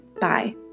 Bye